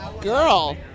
Girl